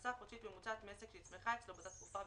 הכנסה חודשית ממוצעת מעסק שנצמחה אצלו באותה תקופה,